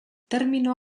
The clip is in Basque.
termino